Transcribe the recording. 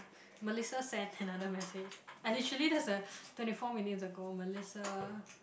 Melissa sent another message and literally that's a twenty four minutes ago Melissa